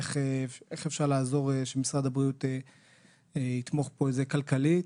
איך אפשר לעזור שמשרד הבריאות יתמוך פה כלכלית.